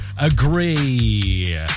agree